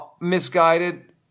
misguided